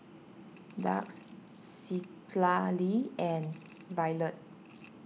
Dax Citlali and Violet